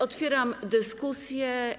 Otwieram dyskusję.